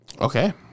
Okay